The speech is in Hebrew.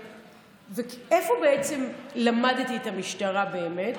ואיפה למדתי את המשטרה, באמת?